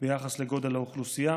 ביחס לגודל האוכלוסייה,